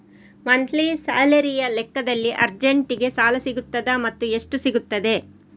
Monthly ಸ್ಯಾಲರಿಯ ಲೆಕ್ಕದಲ್ಲಿ ಅರ್ಜೆಂಟಿಗೆ ಸಾಲ ಸಿಗುತ್ತದಾ ಮತ್ತುಎಷ್ಟು ಸಿಗುತ್ತದೆ?